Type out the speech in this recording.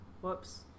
Whoops